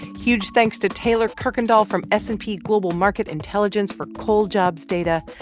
huge thanks to taylor kuykendall from s and p global market intelligence for coal jobs data.